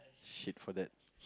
shit for that